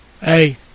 hey